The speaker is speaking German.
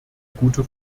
gute